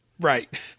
Right